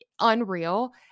unreal